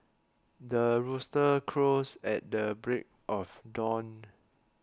the rooster crows at the break of dawn